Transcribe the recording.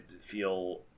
feel